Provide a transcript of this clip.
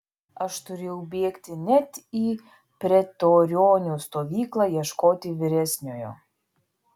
aš turėjau bėgti net į pretorionų stovyklą ieškoti vyresniojo